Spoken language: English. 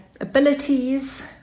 abilities